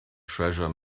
treasure